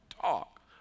talk